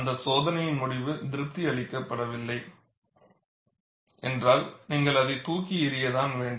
அந்த சோதனையின் முடிவு திருப்தி அளிக்கவில்லை என்றால் நீங்கள் அதை தூக்கி எறிய தான் வேண்டும்